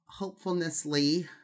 hopefulnessly